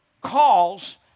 calls